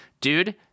dude